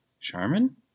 Charmin